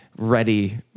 Ready